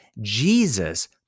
Jesus